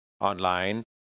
online